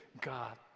God